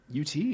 UT